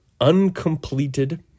uncompleted